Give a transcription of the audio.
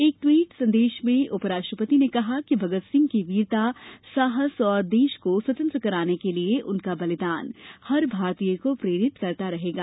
एक ट्वीट संदेश में उपराष्ट्रपति ने कहा कि भगत सिंह की वीरता साहस और देश को स्वतंत्र कराने के लिए उनका बलिदान हर भारतीय को प्रेरित करता रहेगा